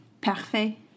parfait